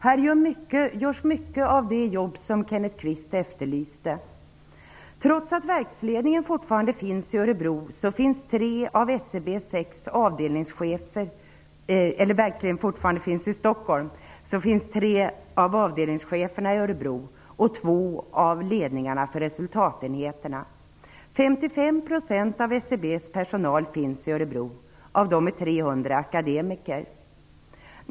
Här görs mycket av det jobb som Trots att verksledningen fortfarande finns i Stockholm finns tre av SCB:s sex avdelningschefer och två av ledningarna för resultatenheterna i Örebro. 55 % av SCB:s personal finns i Örebro. 300 är akademiker.